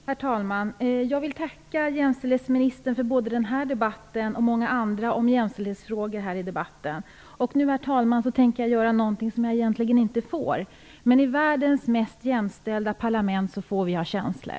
Herr talman! Jag vill tacka jämställdhetsministern för både den här debatten och många andra om jämställdhetsfrågor. Och nu, herr talman, tänker jag göra någonting som jag egentligen inte får, men i världens mest jämställda parlament får vi ha känslor.